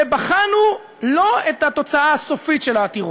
לא בחנו את התוצאה הסופית של העתירות,